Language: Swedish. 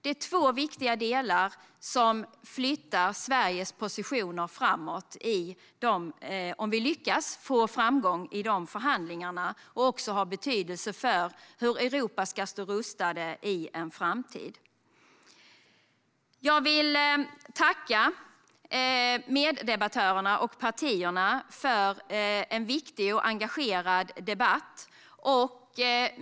Det här är två viktiga delar som, om vi lyckas få framgång i de förhandlingarna, flyttar Sveriges positioner framåt och också har betydelse för hur Europa ska stå rustat i framtiden. Jag vill tacka meddebattörerna och partierna för en viktig och engagerad debatt.